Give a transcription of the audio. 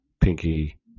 Pinky